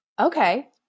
Okay